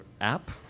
app